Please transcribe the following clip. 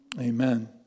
Amen